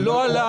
זה לא עלה,